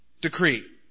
decree